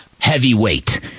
heavyweight